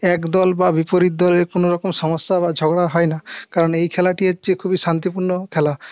একদল বা বিপরীত দলে কোনও রকম সমস্যা বা ঝগড়া হয় না কারণ এই খেলাটি হচ্ছে খুবই শান্তিপূর্ণ খেলা